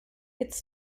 its